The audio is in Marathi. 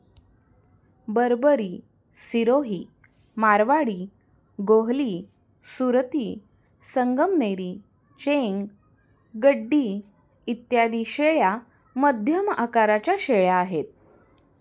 बरबरी, सिरोही, मारवाडी, गोहली, सुरती, संगमनेरी, चेंग, गड्डी इत्यादी शेळ्या मध्यम आकाराच्या शेळ्या आहेत